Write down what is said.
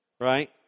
Right